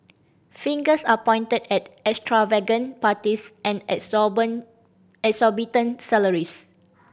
fingers are pointed at extravagant parties and exorbitant salaries